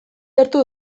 gertu